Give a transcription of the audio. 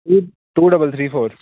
to double three four